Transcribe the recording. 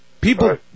People